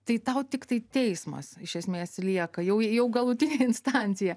tai tau tiktai teismas iš esmės lieka jau galutinė instancija